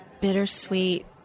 bittersweet